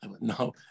No